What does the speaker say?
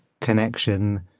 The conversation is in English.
connection